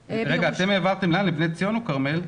רגע, אתם העברתם לבני ציון או כרמל?